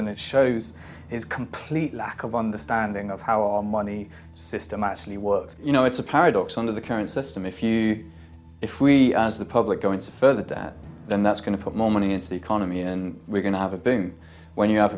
and it shows his complete lack of understanding of how our money system actually works you know it's a paradox under the current system if you if we as the public going to further that then that's going to put more money into the economy and we're going to have a boom when you have